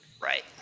Right